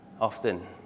Often